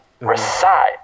recite